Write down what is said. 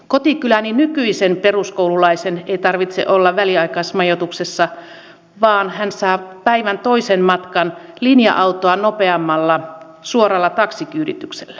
kotikyläni nykyisen peruskoululaisen ei tarvitse olla väliaikaismajoituksessa vaan hän saa päivän toisen matkan linja autoa nopeammalla suoralla taksikyydityksellä